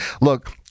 Look